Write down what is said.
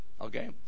Okay